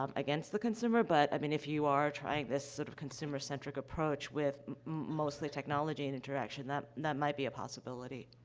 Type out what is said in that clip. um against the consumer, but i mean, if you are trying this, sort of, consumer-centric approach, with mostly technology and interaction, that that might be a possibility.